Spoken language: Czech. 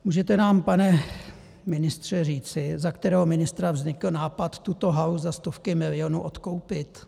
Můžete nám, pane ministře, říci, za kterého ministra vznikl nápad tuto halu za stovky milionů odkoupit?